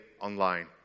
online